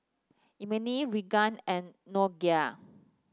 Emely Regan and Nokia